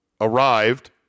arrived